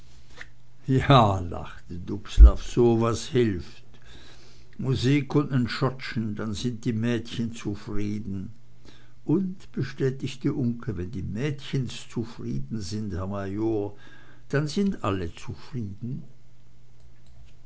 ja lachte dubslav so was hilft musik und nen schott'schen dann sind die mädchen zufrieden und bestätigte uncke wenn die mädchens zufrieden sind herr major dann sind alle zufrieden